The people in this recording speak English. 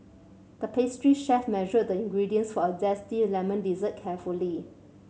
the pastry chef measured the ingredients for a zesty lemon dessert carefully